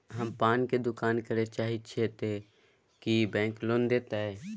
हम पान के दुकान करे चाहे छिये ते की बैंक लोन देतै?